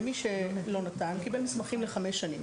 ומי שלא נתן, קיבל מסמכים לחמש שנים.